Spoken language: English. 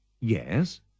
Yes